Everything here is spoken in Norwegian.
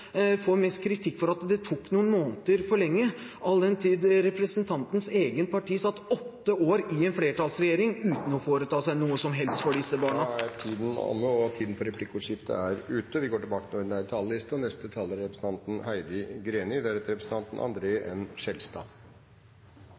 for at det tok noen måneder for lenge, all den tid representantens eget parti satt åtte år i en flertallsregjering uten å foreta seg noe som helst for disse barna. Replikkordskiftet er omme. Vektlegging av barns beste i asyl- og innvandringspolitikken er